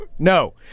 No